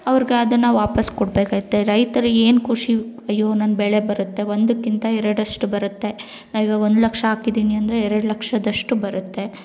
ಅವ್ರ್ಗೆಅದನ್ನು ವಾಪಸ್ಸು ಕೊಡಬೇಕಾಗ್ತೆ ರೈತರಿಗೆ ಏನು ಖುಷಿ ಅಯ್ಯೋ ನನ್ನ ಬೆಳೆ ಬರುತ್ತೆ ಒಂದಕ್ಕಿಂತ ಎರಡಷ್ಟು ಬರುತ್ತೆ ನಾವು ಇವಾಗ ಒಂದು ಲಕ್ಷ ಹಾಕಿದ್ದೀನಿ ಅಂದರೆ ಎರಡು ಲಕ್ಷದಷ್ಟು ಬರುತ್ತೆ